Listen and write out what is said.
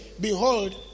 behold